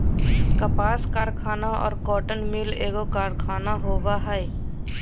कपास कारखाना और कॉटन मिल एगो कारखाना होबो हइ